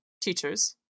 teachers